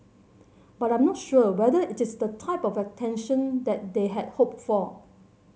but I'm not sure whether it is the type of attention that they had hoped for